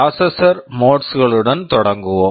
processor modes processor modes களுடன் தொடங்குவோம்